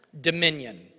Dominion